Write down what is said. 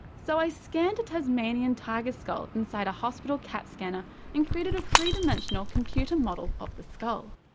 so i scanned a tasmanian tiger skull inside a hospital cat scanner and created a three-dimensional computer model of the skull.